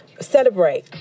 celebrate